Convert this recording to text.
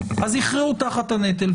יכרעו תחת הנטל.